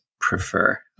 prefer